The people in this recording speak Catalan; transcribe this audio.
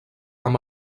amb